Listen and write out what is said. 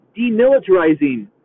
demilitarizing